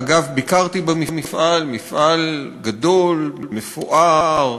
אגב, ביקרתי במפעל, מפעל גדול, מפואר,